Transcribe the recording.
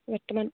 বৰ্তমান